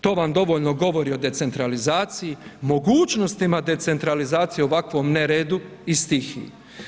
To vam dovoljno govori o decentralizaciji, mogućnostima decentralizacije u ovakvom neredu i stihiji.